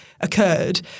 occurred